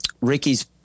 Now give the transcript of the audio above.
Ricky's